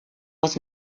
was